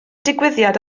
digwyddiad